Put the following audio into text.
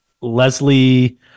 Leslie